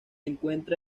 encuentra